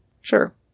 Sure